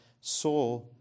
saw